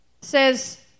says